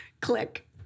Click